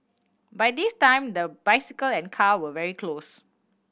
by this time the bicycle and car were very close